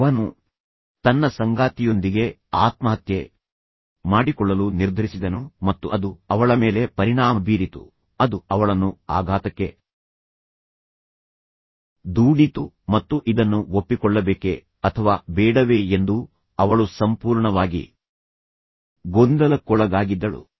ಅವನು ತನ್ನ ಸಂಗಾತಿಯೊಂದಿಗೆ ಆತ್ಮಹತ್ಯೆ ಮಾಡಿಕೊಳ್ಳಲು ನಿರ್ಧರಿಸಿದನು ಮತ್ತು ಅದು ಅವಳ ಮೇಲೆ ಪರಿಣಾಮ ಬೀರಿತು ಅದು ಅವಳನ್ನು ಆಘಾತಕ್ಕೆ ದೂಡಿತು ಮತ್ತು ಇದನ್ನು ಒಪ್ಪಿಕೊಳ್ಳಬೇಕೆ ಅಥವಾ ಬೇಡವೇ ಎಂದು ಅವಳು ಸಂಪೂರ್ಣವಾಗಿ ಗೊಂದಲಕ್ಕೊಳಗಾಗಿದ್ದಳು